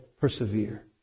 persevere